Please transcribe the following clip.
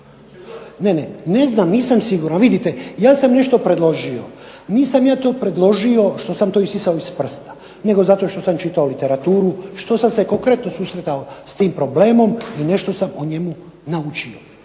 Ne, ne. Ne znam nisam siguran. Vidite ja sam nešto predložio. Nisam to predložio što sam to isisao iz prsta, nego zato što sam čitao literaturu, što sam se konkretno susretao s tim problemom i nešto sam o njemu naučio.